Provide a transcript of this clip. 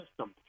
system